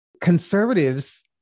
conservatives